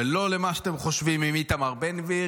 ולא למה שאתם חושבים עם איתמר בן גביר,